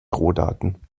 rohdaten